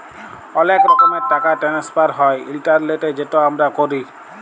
অলেক রকমের টাকা টেনেসফার হ্যয় ইলটারলেটে যেট আমরা ক্যরি